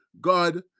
God